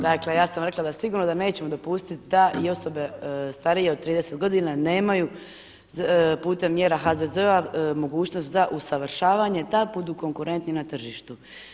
Dakle, ja sam rekla da sigurno da nećemo dopustiti da i osobe starije od 30 godina nemaju putem mjera HZZ-a mogućnost za usavršavanje da budu konkurentni na tržištu.